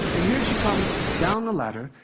and here she comes down the ladder.